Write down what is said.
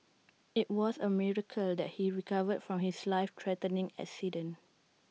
IT was A miracle that he recovered from his life threatening accident